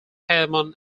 hermon